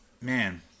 man